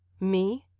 me?